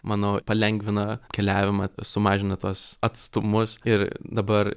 manau palengvina keliavimą sumažina tuos atstumus ir dabar